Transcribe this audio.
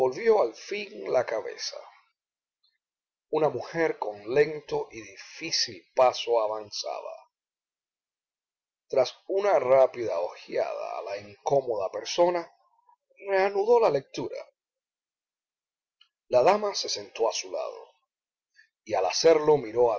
volvió al fin la cabeza una mujer con lento y difícil paso avanzaba tras una rápida ojeada a la incómoda persona reanudó la lectura la dama se sentó a su lado y al hacerlo miró